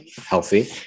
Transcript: healthy